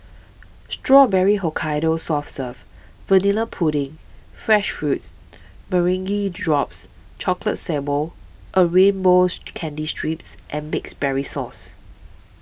Strawberry Hokkaido soft serve vanilla pudding fresh fruits meringue drops chocolate sable a rainbows candy strips and mixed berries sauce